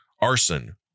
arson